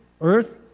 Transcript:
earth